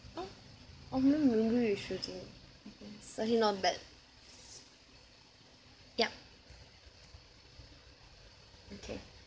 oh should do okay so he not bad yup okay